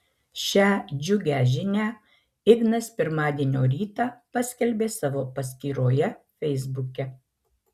šią džiugią žinią ignas pirmadienio rytą paskelbė savo paskyroje feisbuke